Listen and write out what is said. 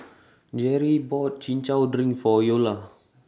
Jerrie bought Chin Chow Drink For Eola